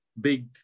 big